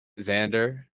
xander